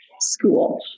school